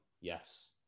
Yes